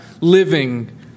living